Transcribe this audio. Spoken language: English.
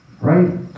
right